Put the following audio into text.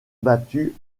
battu